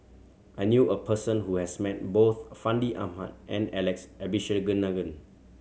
I knew a person who has met both Fandi Ahmad and Alex Abisheganaden